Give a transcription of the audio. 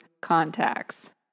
contacts